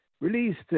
Released